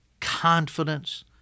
confidence